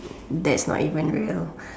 that's not even real